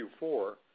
Q4